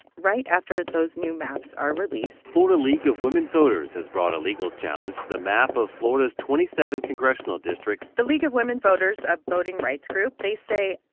right after those new maps are released. florida league of women voters has brought a legal challenge to the map of florida's twenty seven congressional districts the league of women voters a voting rights group, they say,